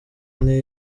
ine